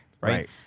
Right